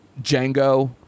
Django